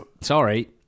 Sorry